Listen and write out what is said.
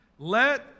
Let